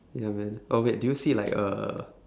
ya man oh wait do you see like a